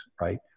right